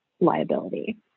liability